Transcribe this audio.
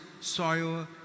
soil